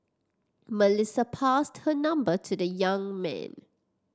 Melissa passed her number to the young man